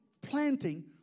planting